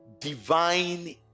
divine